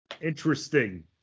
Interesting